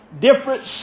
different